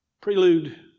prelude